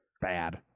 bad